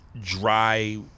dry